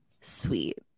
sweet